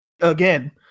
again